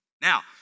Now